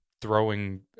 throwing